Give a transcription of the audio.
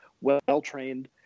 well-trained